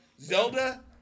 Zelda